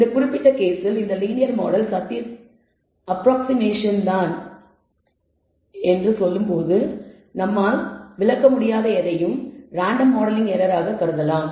இந்த குறிப்பிட்ட கேஸில் இந்த லீனியர் மாடல் அப்ராக்ஸிமேஷன் தான் என்று சொல்லும்போது நம்மால் விளக்க முடியாத எதையும் ரேண்டம் மாடலிங் எரர் ஆக கருதலாம்